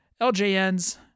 LJN's